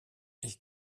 ich